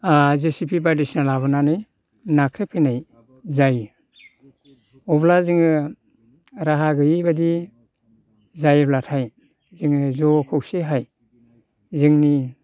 जे C P बायदिसिना लाबोनानै नाख्रेब फैनाय जायो अब्ला जोङो राहा गैयैबादि जायोब्लाथाय जोङो ज' खौसेहाय जोंनि